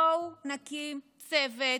בואו נקים צוות,